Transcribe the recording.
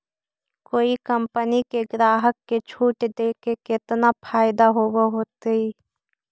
कोई कंपनी के ग्राहक के छूट देके केतना फयदा होब होतई?